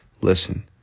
listen